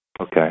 Okay